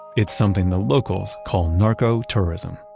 it's something the locals call narco-tourism.